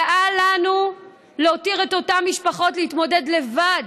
אל לנו להותיר את אותן משפחות להתמודד לבד.